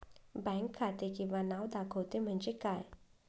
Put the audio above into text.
Bank खाते किंवा नाव दाखवते म्हणजे काय?